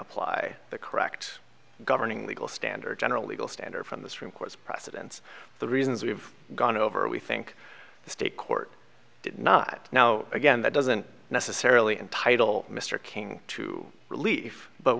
apply the correct governing legal standard general legal standard from the supreme court's precedents the reasons we've gone over we think the state court did not now again that doesn't necessarily entitle mr king to relief but